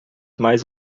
mais